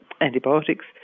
antibiotics